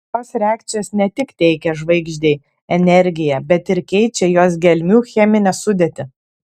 šios reakcijos ne tik teikia žvaigždei energiją bet ir keičia jos gelmių cheminę sudėtį